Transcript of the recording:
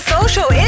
social